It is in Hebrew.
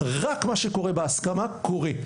רק מה שקורה בהסכמה קורה.